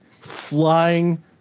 flying